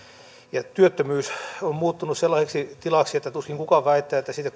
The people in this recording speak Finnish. ja työttömyys on muuttunut sellaiseksi tilaksi että tuskin kukaan väittää että siitä